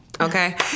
Okay